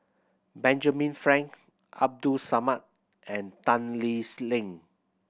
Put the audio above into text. Benjamin Frank Abdul Samad and Tan Lee's Leng